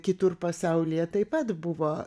kitur pasaulyje taip pat buvo